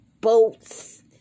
boats